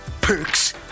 perks